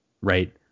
right